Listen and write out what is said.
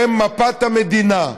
הם מפת המדינה,